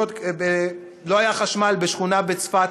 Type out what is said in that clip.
לא היה חשמל בשכונה בצפת,